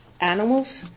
animals